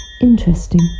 Interesting